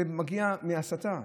זה מגיע מהסתה.